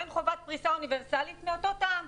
שאין חובת פריסה אוניברסלית מאותו טעם.